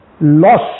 loss